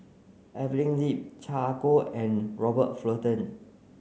Evelyn Lip Chan Ah Kow and Robert Fullerton